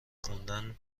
خوندن